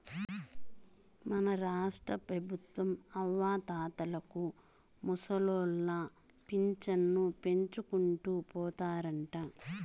మన రాష్ట్రపెబుత్వం అవ్వాతాతలకు ముసలోళ్ల పింఛను పెంచుకుంటూ పోతారంట